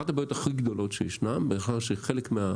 אחת הבעיות הכי גדולות שישנן בכך שהרבה